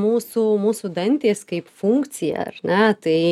mūsų mūsų dantys kaip funkcija ne tai